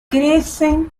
crecen